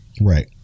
right